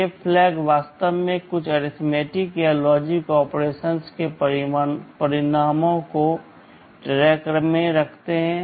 ये फ्लैग वास्तव में कुछ अरिथमेटिक या लॉजिक ऑपरेशन्स के परिणामों का ट्रैक रखते हैं